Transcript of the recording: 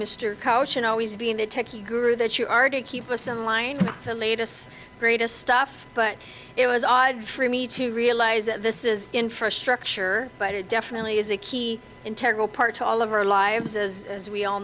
mr couch and always being a techie guru that you are to keep us in line with the latest greatest stuff but it was odd for me to realize that this is infrastructure but it definitely is a key part to all of our lives as as we all